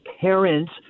parents